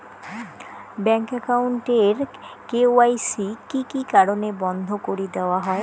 Bank account এর KYC কি কি কারণে বন্ধ করি দেওয়া হয়?